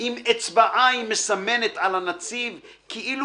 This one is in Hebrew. עם אצבעה/ היא מסמנת על הנציב/ כאילו